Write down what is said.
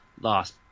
Lost